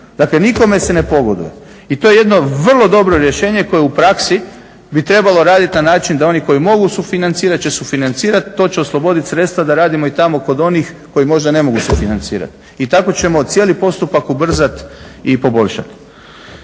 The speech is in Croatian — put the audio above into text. Dakle, nikome se ne pogoduje. I to je jedno vrlo dobro rješenje koje u praksi bi trebalo raditi na način da oni koji mogu sufinancirati će sufinancirati. To će osloboditi sredstva da radimo i tamo kod onih koji možda ne mogu sufinancirati i tako ćemo cijeli postupak ubrzati i poboljšati.